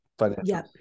financial